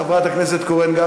וחברת הכנסת קורן גם,